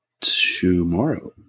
tomorrow